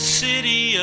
city